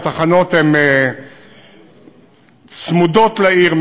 התחנות צמודות לעיר,